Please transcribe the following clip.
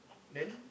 then